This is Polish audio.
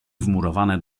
wmurowane